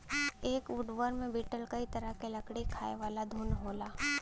एक woodworm beetle कई तरह क लकड़ी खायेवाला घुन होला